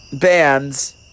bands